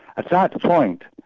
at that point,